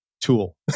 tool